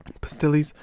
Pastilles